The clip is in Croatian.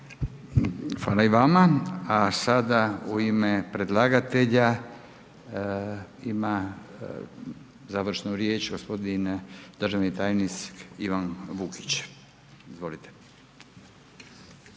Hvala i vama. Sada u ime predlagatelja, ima završnu riječ gospodin državni tajnik Ivan Vukić, izvolite.